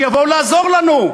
שיבואו לעזור לנו.